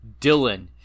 Dylan